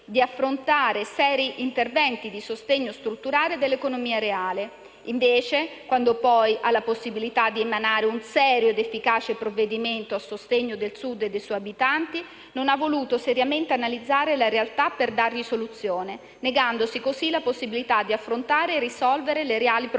si affrontassero seri interventi di sostegno strutturale dell'economia reale, invece, quando poi ha avuto la possibilità di emanare un serio ed efficace provvedimento a sostegno del Sud e dei suoi abitanti, non abbia voluto seriamente analizzare la realtà per dare una soluzione, negandosi così la possibilità di affrontare e risolvere le reali problematiche